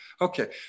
okay